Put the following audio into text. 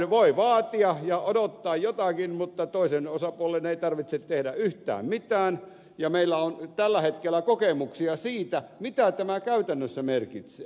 voi vaatia ja odottaa jotakin mutta toisen osapuolen ei tarvitse tehdä yhtään mitään ja meillä on tällä hetkellä kokemuksia siitä mitä tämä käytännössä merkitsee